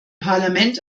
parlament